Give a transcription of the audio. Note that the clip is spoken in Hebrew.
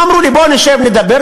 אמרו לי: בוא נשב, נדבר.